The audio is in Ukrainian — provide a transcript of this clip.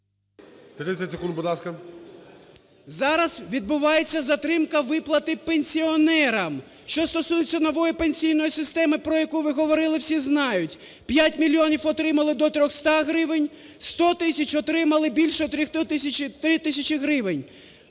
30 секунд, будь ласка. ДОЛЖЕНКО О.В. Зараз відбувається затримка виплати пенсіонерам. Що стосується нової пенсійної системи, про яку ви говорили, всі знають. П'ять мільйонів отримали до 300 гривень, 100 тисяч отримали більше 3 тисячі гривень.